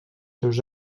seus